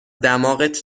دماغت